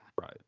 Right